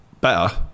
Better